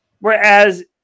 Whereas